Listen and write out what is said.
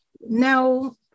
Now